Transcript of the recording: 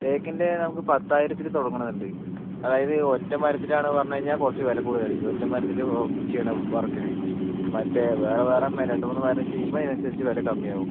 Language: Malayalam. തേക്കിൻ്റെ നമുക്ക് പത്തായിരത്തിന് തുടങ്ങണത് ഉണ്ട് അതായത് ഈ ഒറ്റ മരത്തിനു ആണെന്ന് പറഞ്ഞു കഴിഞ്ഞാൽ കുറച്ച് വില കൂടുതൽ ആയിരിക്കും ഒറ്റ മരത്തിനു ചെയ്യണ വർക്കിനു മറ്റെ വേറെ വേറെ രണ്ടു മൂന്നു മരം ചെയ്യുമ്പോൾ അതിനനുസരിച്ച് വില കമ്മിയാകും